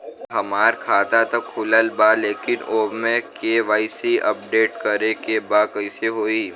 हमार खाता ता खुलल बा लेकिन ओमे के.वाइ.सी अपडेट करे के बा कइसे होई?